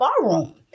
ballroom